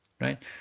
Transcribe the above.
Right